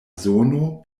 zono